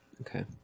Okay